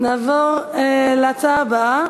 נעבור להצעה הבאה: